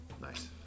Nice